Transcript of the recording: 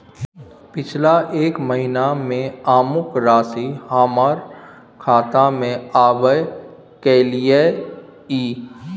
पिछला एक महीना म अमुक राशि हमर खाता में आबय कैलियै इ?